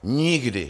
Nikdy.